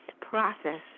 process